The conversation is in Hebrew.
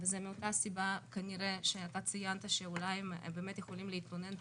וזה מאותה סיבה כנראה שאתה ציינת שאולי הם באמת יכולים להתלונן פחות.